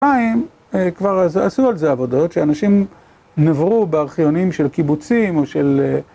כבר עשו על זה עבודות, שאנשים נברו בארכיונים של קיבוצים או של...